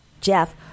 Jeff